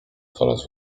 coraz